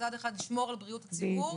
מצד אחד לשמור על בריאות הציבור